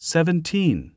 Seventeen